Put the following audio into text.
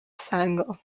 sango